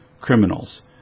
criminals